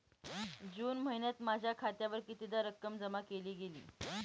जून महिन्यात माझ्या खात्यावर कितीदा रक्कम जमा केली गेली?